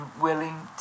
willing